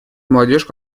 молодежь